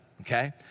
okay